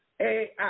AI